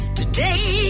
today